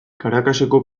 caracaseko